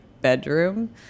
bedroom